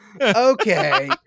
Okay